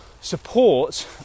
support